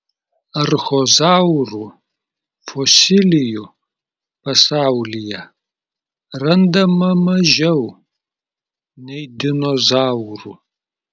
archozaurų fosilijų pasaulyje randama mažiau nei dinozaurų